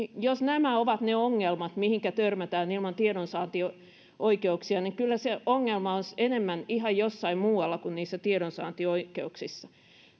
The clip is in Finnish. jos nämä ovat ne ongelmat mihinkä törmätään ilman tiedonsaantioikeuksia niin kyllä se ongelma on enemmän ihan jossain muualla kuin niissä tiedonsaantioikeuksissa